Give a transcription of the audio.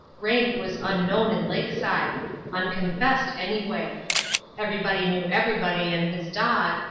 rank was unknown in lakeside unconfessed, anyway everybody knew everybody and his dog,